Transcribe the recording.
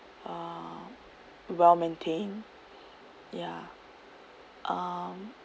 uh well maintained ya um